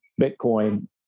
Bitcoin